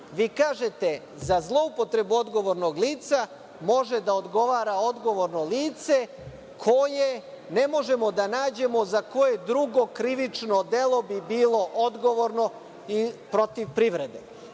Vi kažete – za zloupotrebu odgovornog lica može da odgovara odgovorno lice koje ne možemo da nađemo za koje drugo krivično delo bi bilo odgovorno i protiv privrede. Dakle,